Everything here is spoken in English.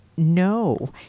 No